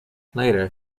later